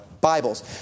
Bibles